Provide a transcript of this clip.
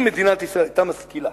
אם מדינת ישראל היתה משכילה